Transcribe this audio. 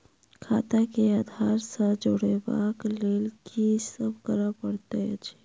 खाता केँ आधार सँ जोड़ेबाक लेल की सब करै पड़तै अछि?